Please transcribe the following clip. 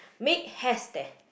make has hair stare